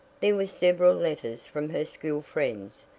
there were several letters from her school friends,